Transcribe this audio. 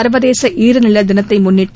சர்வதேச ஈர் நில தினத்தை முன்னிட்டு